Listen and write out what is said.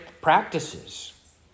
practices